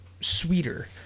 sweeter